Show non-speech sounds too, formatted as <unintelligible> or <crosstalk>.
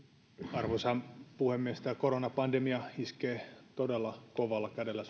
arvoisa puhemies tämä koronapandemia iskee todella kovalla kädellä <unintelligible>